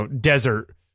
desert